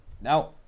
Now